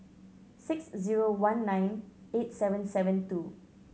six zero one nine eight seven seven two